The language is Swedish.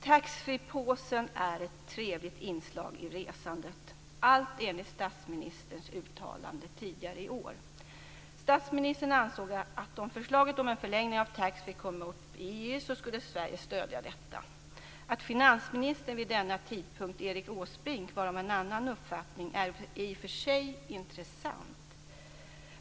Taxfreepåsen är ett trevligt inslag i resandet, enligt statsministerns uttalande tidigare i år. Statsministern ansåg att Sverige, om förslaget om en förlängning av taxfreehandeln skulle komma upp i EU, skulle stödja det. Att finansministern vid denna tidpunkt, Erik Åsbrink, var av en annan uppfattning är i och för sig intressant.